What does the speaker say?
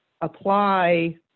apply